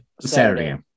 Saturday